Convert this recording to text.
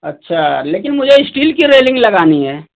अच्छा लेकिन मुझे ईस्टील की रेलिंग लगानी है